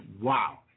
Wow